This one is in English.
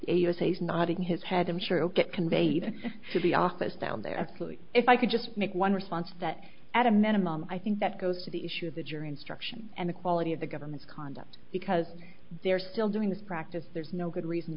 safe nodding his head i'm sure to get conveyed to the office down there absolutely if i could just make one response that at a minimum i think that goes to the issue of the jury instruction and the quality of the government's conduct because they're still doing this practice there's no good reason